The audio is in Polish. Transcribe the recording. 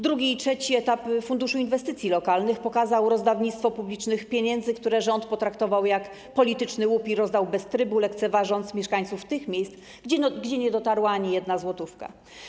Drugi i trzeci etap w przypadku Funduszu Inwestycji Lokalnych pokazał rozdawnictwo publicznych pieniędzy, które rząd potraktował jak polityczny łup i rozdał bez trybu, lekceważąc mieszkańców tych miejsc, gdzie nie dotarła ani jedna złotówka.